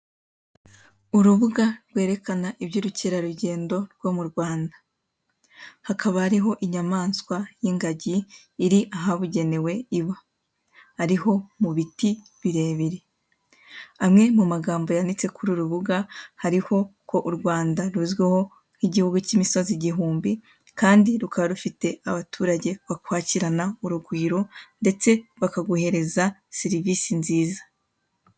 Urubuga rwerekana ibyurukerarugendo rwo mu Rwanda, hakaba hariho inyamwatswa y'ingangi iri ahabugenewe iba, ariho mubiti birebire. Amwe mu magambo yanditse kuri urubuga hariho ko Rwanda ruzwiho nk'igihugu k'imisozi igihumbi kandi rukaba rufite abaturage bakwakirana urugwiro ndetse bakaguhereza serivise nziza.